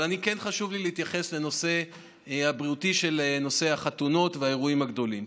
אבל חשוב לי להתייחס לנושא הבריאותי של החתונות והאירועים הגדולים.